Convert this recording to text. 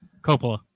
Coppola